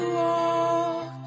walk